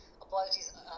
Apologies